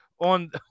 on